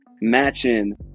matching